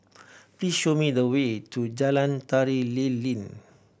please show me the way to Jalan Tari Lilin